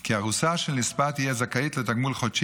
כי ארוסה של נספה תהיה זכאית לתגמול חודשי